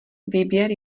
výběr